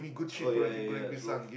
oh ya ya ya true